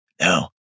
No